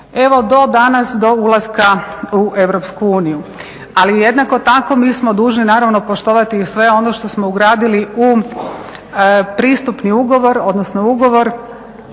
evo do danas, do ulaska u Europsku uniju. Ali jednako tako mi smo dužni naravno poštovati i sve ono što smo ugradili u pristupni ugovor, odnosno ugovor